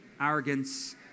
arrogance